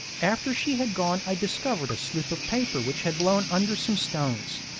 after she had gone i discovered a slip of paper which had blown under some stones.